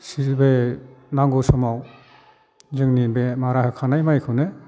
बे नांगौ समाव जोंनि बे मारा होखांनाय माइखौनो